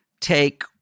take